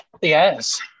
Yes